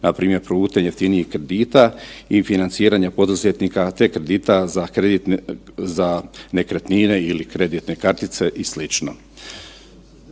razumije./... jeftinijih kredita i financiranje poduzetnika te kredita za nekretnine ili kreditne kartice i sl.